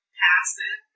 passive